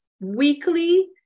weekly